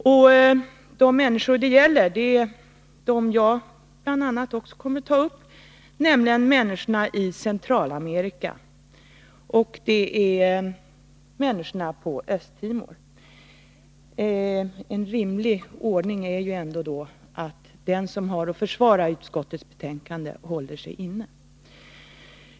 Och de människor det gäller är de som jag bl.a. kommer att ta upp, nämligen människorna i Centralamerika och människorna på Östtimor. En rimlig ordning är att den som har att försvara utrikesutskottets betänkande håller sig inne.